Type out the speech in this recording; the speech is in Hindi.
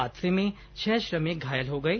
हादसे में छह श्रमिक घायल हो गए